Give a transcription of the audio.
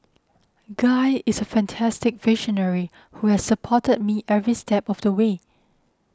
guy is a fantastic visionary who has supported me every step of the way